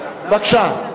בבקשה.